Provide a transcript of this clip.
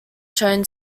shown